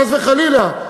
חס וחלילה.